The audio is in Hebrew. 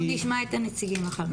אנחנו נשמע את הנציגים אחר כך.